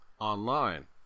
online